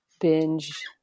binge